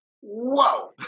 Whoa